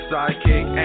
Sidekick